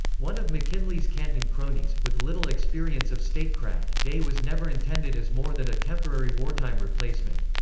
one of mckinley's canton cronies, with little experience of statecraft, day was never intended as more than a temporary wartime replacement.